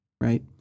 Right